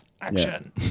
action